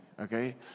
Okay